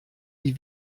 die